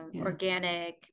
organic